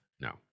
No